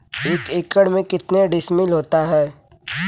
एक एकड़ में कितने डिसमिल होता है?